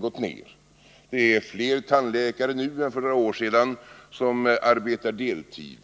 gått ned. Det är fler tandläkare nu än för några år sedan som arbetar deltid.